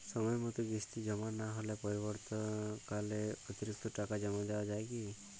সময় মতো কিস্তি জমা না হলে পরবর্তীকালে অতিরিক্ত টাকা জমা দেওয়া য়ায় কি?